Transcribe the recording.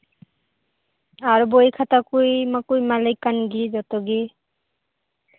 ᱟᱨ ᱵᱳᱭ ᱠᱷᱟᱛᱟ ᱠᱚ ᱢᱟᱠᱚ ᱮᱢᱟᱞᱮ ᱠᱟᱱ ᱜᱮ ᱡᱚᱛᱚ ᱜᱮ